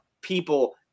people